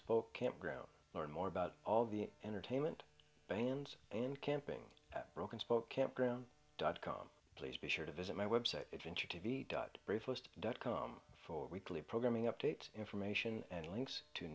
spoke campground learn more about all the entertainment vans and camping at broken spoke campground dot com please be sure to visit my website adventure to v dot craigslist dot com for weekly programming update information and links to